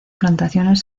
plantaciones